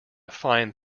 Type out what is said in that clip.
fine